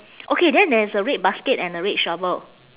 okay then there's a red basket and a red shovel